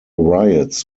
riots